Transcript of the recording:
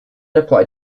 applied